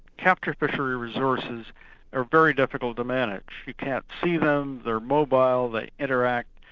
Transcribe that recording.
capture fishery resources are very difficult to manage, you can't see them, they're mobile, they interact.